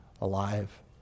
alive